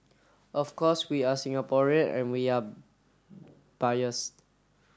of course we are Singaporean and we are biased